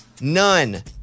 None